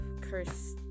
curse